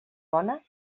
bona